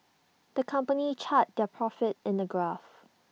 the company charted their profits in the graph